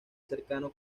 cercano